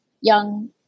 young